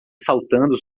saltando